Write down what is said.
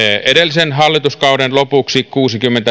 edellisen hallituskauden lopuksi kuusikymmentäseitsemän pilkku